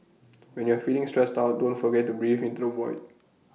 when you are feeling stressed out don't forget to breathe into the void